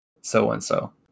so-and-so